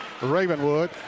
Ravenwood